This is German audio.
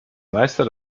meister